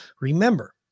Remember